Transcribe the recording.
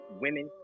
women